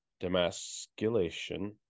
demasculation